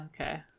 Okay